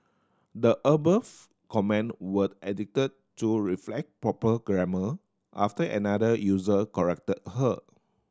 the above comment were edited to reflect proper grammar after another user corrected her